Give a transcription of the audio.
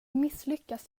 misslyckas